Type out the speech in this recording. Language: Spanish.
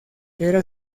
era